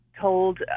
told